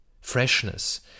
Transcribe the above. freshness